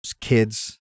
kids